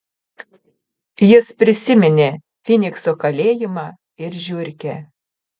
jis prisiminė fynikso kalėjimą ir žiurkę